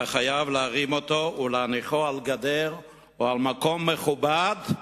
אתה חייב להרים אותו ולהניחו על גדר או במקום מכובד,